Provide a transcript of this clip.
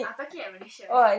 I'm talking about malaysia [one]